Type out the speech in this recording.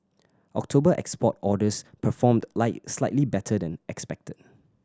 October export orders performed slightly better than expected